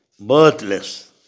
birthless